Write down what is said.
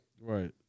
Right